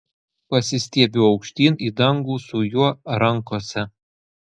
pasistiebiu aukštyn į dangų su juo rankose